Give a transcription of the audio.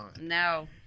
No